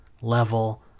level